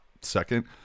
second